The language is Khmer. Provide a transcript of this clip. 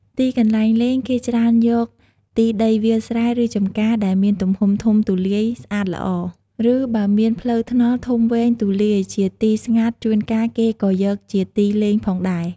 ទឹកន្លែងលេង គេច្រើនយកទីដីវាលស្រែ ឬចម្ការ ដែលមានទំហំធំទូលាយ ស្អាតល្អ ឬបើមានផ្លូវថ្នល់ធំវែងទូលាយជាទីស្ងាត់ជួនកាលគេក៏យកជាទីលេងផងដែរ ។